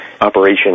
operation